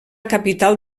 capital